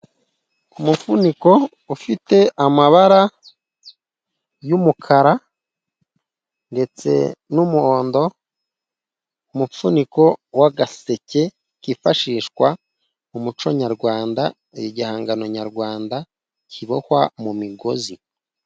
Umufuniko ufite amabara y'umukara ndetse n'umuhondo, umupfuniko w'agaseke kifashishwa mu muco nyarwanda, igihangano nyarwanda kibohwa mu migozi.